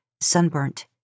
sunburnt